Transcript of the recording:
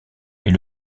est